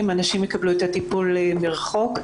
האנשים יקבלו את הטיפול מרחוק.